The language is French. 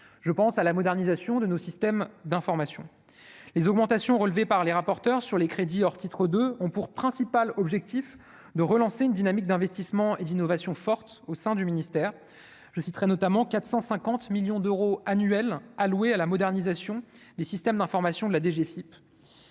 je pense à la modernisation de nos systèmes d'information, les augmentations relevés par les rapporteurs sur les crédits or titre de ont pour principal objectif de relancer une dynamique d'investissement et d'innovation forte au sein du ministère, je citerai notamment 450 millions d'euros annuels alloués à la modernisation des systèmes d'information, de la DGFIP,